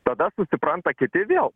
tada susipranta kiti vėl